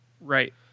Right